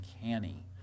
uncanny